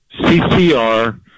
CCR